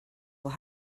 will